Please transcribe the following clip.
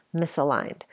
misaligned